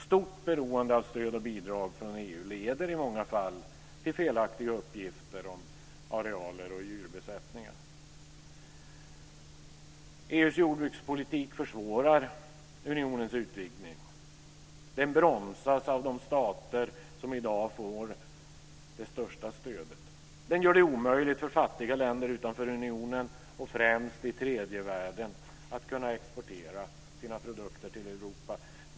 Stort beroende av stöd och bidrag från EU leder i många fall till felaktiga uppgifter om arealer och djurbesättningar. EU:s jordbrukspolitik försvårar unionens utvidgning. Den bromsas av de stater som i dag får det största stödet. Det gör det omöjligt för fattiga länder utanför unionen och främst i tredje världen att exportera sina produkter till Europa.